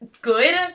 good